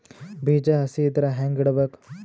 ಬೀಜ ಹಸಿ ಇದ್ರ ಹ್ಯಾಂಗ್ ಇಡಬೇಕು?